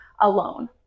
alone